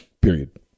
Period